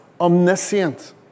omniscient